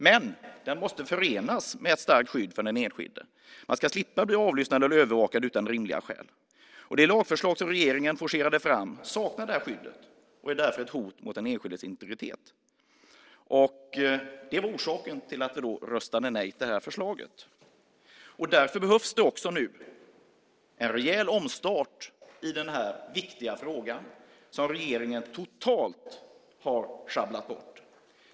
Men den måste förenas med ett starkt skydd för den enskilde. Man ska slippa bli avlyssnad och övervakad utan rimliga skäl. Det lagförslag som regeringen forcerade fram saknar det här skyddet och är därför ett hot mot den enskildes integritet. Det var orsaken till att vi röstade nej till det här förslaget. Därför behövs det också nu en rejäl omstart i den här viktiga frågan, som regeringen totalt har sjabblat bort.